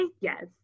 yes